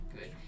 good